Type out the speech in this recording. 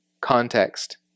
context